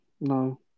no